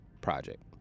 project